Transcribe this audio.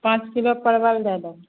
पाँच किलो परबल दै देहो